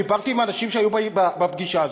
דיברתי עם אנשים שהיו בפגישה הזאת.